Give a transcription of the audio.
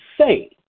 say